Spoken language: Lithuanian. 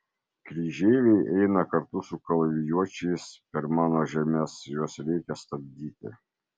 kryžeiviai eina kartu su kalavijuočiais per mano žemes juos reikia stabdyti